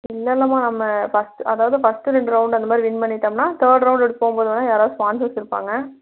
இல்லை இல்லைம்மா நம்ம ஃபஸ்ட் அதாவது ஃபர்ஸ்ட்டு ரெண்டு ரவுண்டு அந்த மாதிரி வின் பண்ணிட்டோம்னா தேர்டு ரவுண்டு அப்படி போகும்போது வேண்னா யாராவது ஃபான்செர்ஸ் இருப்பாங்க